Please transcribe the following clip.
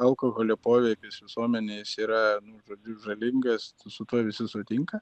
alkoholio poveikis visuomenės yra žodžiu žalingas su tuo visi sutinka